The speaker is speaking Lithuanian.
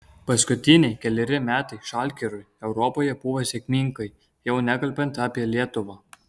paskutiniai keleri metai žalgiriui europoje buvo sėkmingai jau nekalbant apie lietuvą